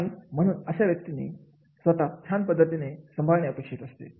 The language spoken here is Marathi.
आणि म्हणून अशा व्यक्तीने स्वतः छान पद्धतीने संभाळणे अपेक्षित असते